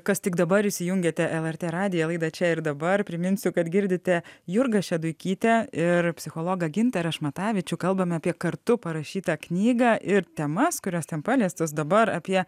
kas tik dabar įsijungėte lrt radijo laida čia ir dabar priminsiu kad girdite jurgą šeduikytę ir psichologą gintarą šmatavičių kalbame apie kartu parašytą knygą ir temas kurios ten paliestos dabar apie